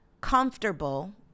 comfortable